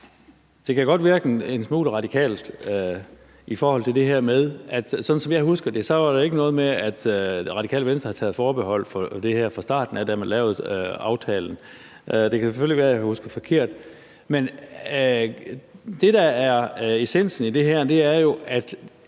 Det kan godt virke en smule radikalt i forhold til det her med, at der, sådan som jeg husker det, ikke var noget med, at Radikale Venstre havde taget forbehold for det her fra starten af, da man lavede aftalen. Det kan selvfølgelig være, jeg husker forkert. Men det, der er essensen i det her, er jo, at